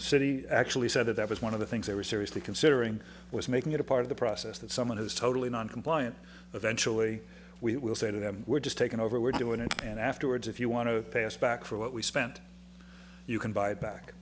city actually said that that was one of the things they were seriously considering was making it a part of the process that someone who's totally noncompliant eventually we will say to them we're just taking over we're doing it and afterwards if you want to pay us back for what we spent you can buy it back